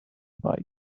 bike